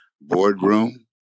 boardroom